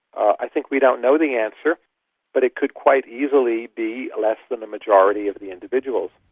i think we don't know the answer but it could quite easily be less than the majority of the individuals.